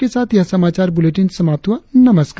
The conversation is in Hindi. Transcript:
इसी के साथ यह समाचार बुलेटिन समाप्त हुआ नमस्कार